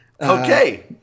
Okay